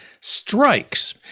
Strikes